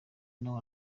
nawe